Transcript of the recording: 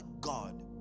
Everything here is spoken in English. God